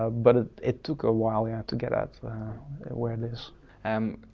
but ah it took a while, yeah, to get that where it is. um